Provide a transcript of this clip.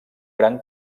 gran